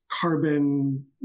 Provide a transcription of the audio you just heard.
carbon